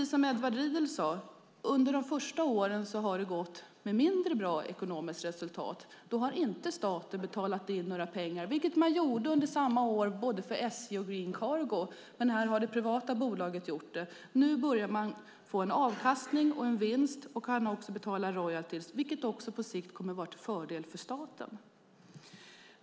Som Edward Riedl sade har det ekonomiska resultatet under de första åren varit mindre bra. Då har staten inte betalat in några pengar. Det gjorde man under samma år både för SJ och för Green Cargo. Här har det privata bolaget gjort det. Nu börjar man få vinst och kan betala royalty, vilket på sikt kommer att vara till fördel för staten.